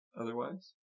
otherwise